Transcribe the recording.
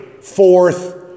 fourth